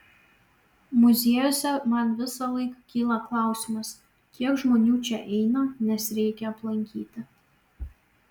muziejuose man visąlaik kyla klausimas kiek žmonių čia eina nes reikia aplankyti